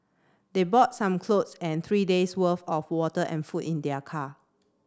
they bought some clothes and three days worth of water and food in their car